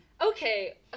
Okay